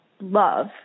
love